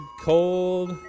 cold